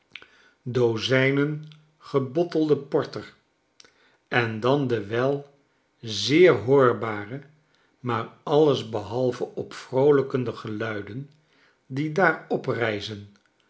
dozijnen gebottelde porter en dan de wel zeer hoorbare maar alles behalve opvroolijkende geluiden die daar